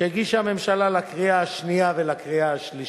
שהגישה הממשלה לקריאה השנייה ולקריאה השלישית.